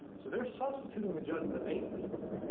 so they're substituting the judgment of eight people